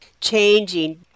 changing